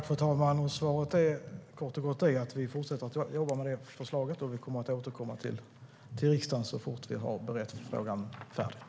Fru talman! Svaret är att vi fortsätter att jobba med förslaget, och vi kommer att återkomma till riksdagen så fort vi har berett frågan färdigt.